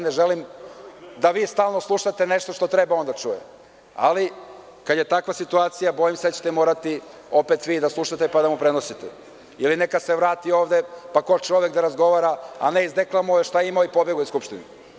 Ne želim da vi stalno slušate nešto što treba on da čuje, ali kada je takva situacija, bojim se da ćete morati opet vi da slušate, pa da mu prenosite, ili neka se vrati ovde, pa ko čovek da razgovara, a ne izdeklamuje ono što je imao, pa je pobegao iz Skupštine.